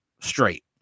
straight